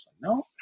No